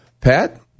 Pat